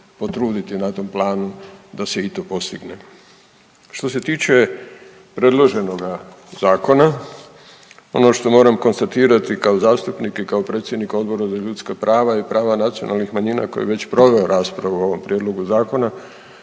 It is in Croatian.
potruditi na tom planu da se i to postigne. Što se tiče predloženoga zakona, ono što moram konstatirati kao zastupnik i kao predsjednik Odbora za ljudska prava i prava nacionalnih manjina koji je već proveo raspravu o ovom prijedlogu zakona